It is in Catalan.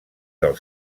del